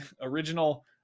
original